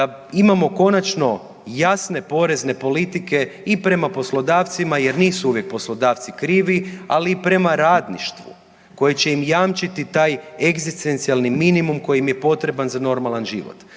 imamo konačno jasne porezne politike i prema poslodavcima jer nisu uvijek poslodavci krivi, ali i prema radništvu koje će im jamčiti taj egzistencijalni minimum koji im je potreban za normalan život,